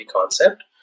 concept